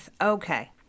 Okay